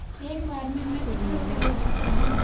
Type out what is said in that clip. एक बार में मैं कितने रुपये भेज सकती हूँ?